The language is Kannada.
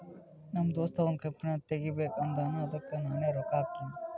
ನಮ್ ದೋಸ್ತ ಒಂದ್ ಕಂಪನಿ ತೆಗಿಬೇಕ್ ಅಂದಾನ್ ಅದ್ದುಕ್ ನಾನೇ ರೊಕ್ಕಾ ಹಾಕಿನಿ